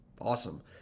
awesome